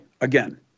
again